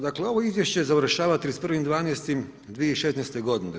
Dakle, ovo izvješće završava 31.12.2016. godine.